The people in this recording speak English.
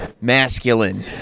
masculine